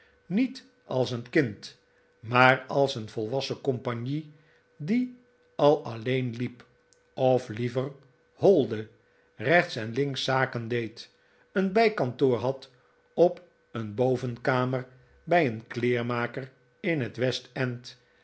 niet als een kind maar als een volwassen compagnie die al alleen hep of liever holde rechts en links zaken deed een bijkantoor had op een bovenkamer bij een kleermaker in het